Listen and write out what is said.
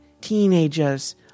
teenagers